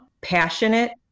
passionate